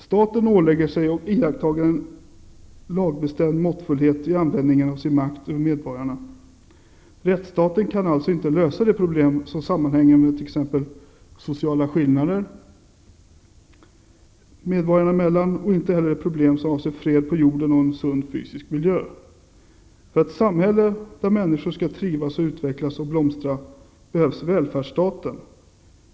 Staten ålägger sig och iakttar en lagbestämd måttfullhet i användningen av sin makt över medborgarna. Rättsstaten kan alltså inte lösa de problem som sammanhänger med t.ex. sociala skillnader medborgarna emellan och inte heller problem som avser fred på jorden och en sund fysisk miljö. För ett samhälle där människor kan trivas, utvecklas och blomstra behövs välfärdsstaten.